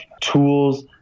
tools